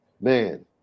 man